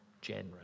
generous